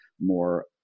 more